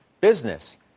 business